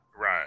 right